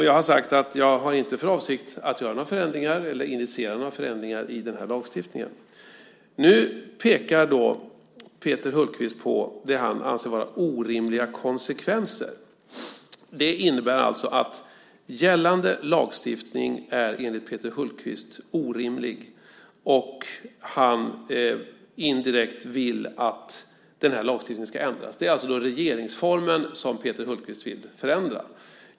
Jag har sagt att jag inte har för avsikt att initiera några förändringar i den här lagstiftningen. Peter Hultqvist pekar på det han anser vara orimliga konsekvenser. Det innebär att gällande lagstiftning, enligt Peter Hultqvist, är orimlig och att han indirekt vill att lagstiftningen ska ändras. Det är regeringsformen som Peter Hultqvist vill förändra.